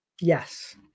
Yes